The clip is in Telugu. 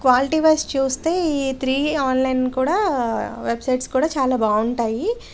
క్వాలిటీ వైజ్ చూస్తే ఈ త్రీ ఆన్లైన్ కూడా వెబ్సైట్స్ కూడా చాలా బాగుంటాయి